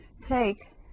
take